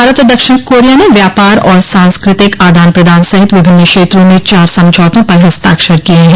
भारत और दक्षिण कोरिया ने व्यापार और सांस्कृतिक आदान प्रदान सहित विभिन्न क्षेत्रों में चार समझौते पर हस्ताक्षर किये हैं